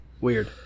Weird